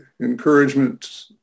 encouragement